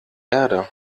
erde